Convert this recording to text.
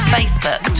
Facebook